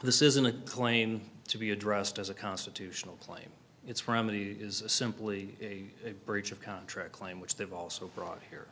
this isn't a claim to be addressed as a constitutional plain it's from the is simply a breach of contract claim which they've also brought here